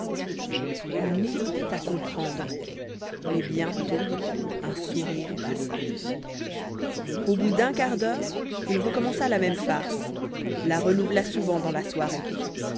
on hésitait à comprendre mais bientôt un sourire passa au bout d'un quart d'heure il recommença la même farce la renouvela souvent dans la soirée